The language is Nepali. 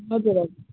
हजुर हजुर